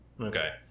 Okay